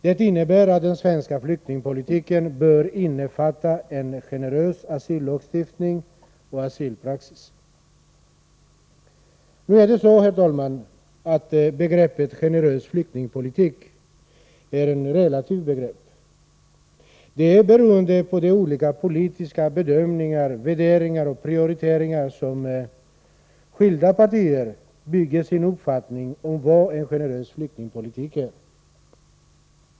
Det innebär att den svenska flyktingpolitiken bör innefatta en generös asyllagstiftning och asylpraxis. Nu är det så, herr talman, att begreppet generös flyktingpolitik är ett relativt begrepp. Det är beroende på de olika politiska bedömningar, värderingar och prioriteringar som skilda partier bygger på när det gäller uppfattningen om vad en generös flyktingpolitik är.